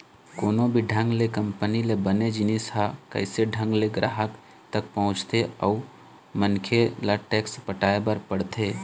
कोनो भी ढंग ले कंपनी ले बने जिनिस ह कइसे ढंग ले गराहक तक पहुँचथे अउ मनखे ल टेक्स पटाय बर पड़थे